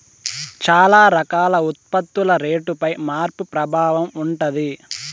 చాలా రకాల ఉత్పత్తుల రేటుపై మార్పు ప్రభావం ఉంటది